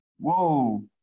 Whoa